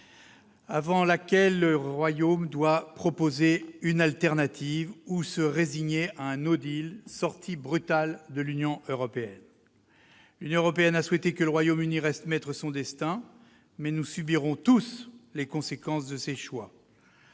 -avant laquelle le Royaume-Uni doit proposer une alternative ou se résigner à un, une sortie brutale de l'Union européenne. L'Union européenne a souhaité que le Royaume-Uni reste maître de son destin, mais nous subirons tous les conséquences de ses choix.